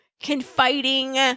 confiding